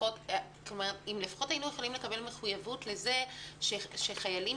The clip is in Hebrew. אם לפחות היינו יכולים לקבל מחויבות לכך שחיילים